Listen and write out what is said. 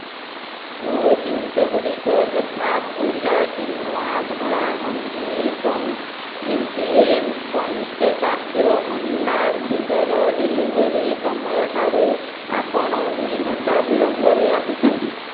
ମୋ ଜିନିଷଗୁଡ଼ିକ ଯଥା ଭୋଇଲା କ୍ୱିନୋଆ ଧଳା ମଞ୍ଜି ଏବଂ ଏମ୍ ପି ଏମ୍ ପଞ୍ଚକାବ୍ୟ ଅଣ୍ଡା ଗୁଡ଼ିକର ଡେଲିଭରି ସମୟଠାରୁ ଆପଣ ଦୁଇ ଘଣ୍ଟା ବିଳମ୍ବରେ ଆସିଛନ୍ତି